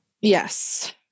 yes